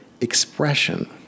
expression